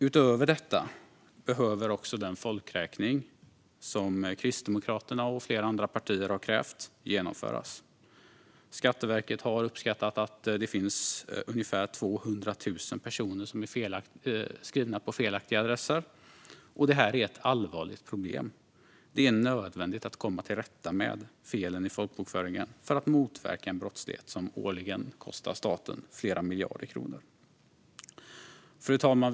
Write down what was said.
Utöver detta behöver den folkräkning som Kristdemokraterna och flera andra partier har krävt genomföras. Skatteverket har uppskattat att det finns ungefär 200 000 personer som är skrivna på felaktiga adresser, och det är ett allvarligt problem. Det är nödvändigt att komma till rätta med felen i folkbokföringen för att motverka en brottslighet som årligen kostar staten flera miljarder kronor. Fru talman!